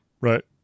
Right